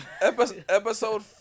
Episode